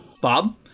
Bob